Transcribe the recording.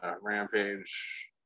Rampage